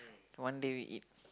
one day we eat